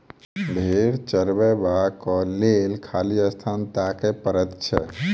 भेंड़ चरयबाक लेल खाली स्थान ताकय पड़ैत छै